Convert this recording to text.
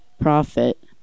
Profit